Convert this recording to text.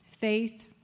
faith